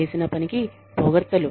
చేసిన పనికి పొగడ్తలు